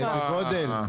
באיזה גודל?